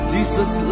Jesus